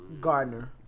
Gardner